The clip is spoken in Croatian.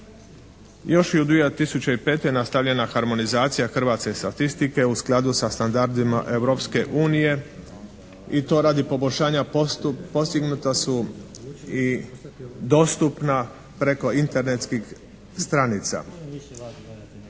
Još je u 2005. nastavljena harmonizacija hrvatske statistike u skladu sa standardima Europske unije i to radi poboljšanja postignuta su i dostupna preko internetskih stranica.